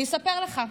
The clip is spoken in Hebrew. אני אספר לך,